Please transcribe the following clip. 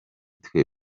twe